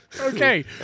Okay